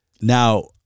now